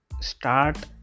start